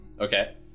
Okay